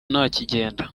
ntakigenda